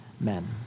men